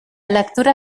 lectura